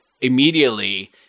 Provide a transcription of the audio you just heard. immediately